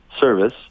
service